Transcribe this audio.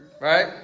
right